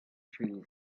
trees